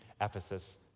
Ephesus